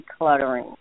decluttering